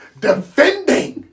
defending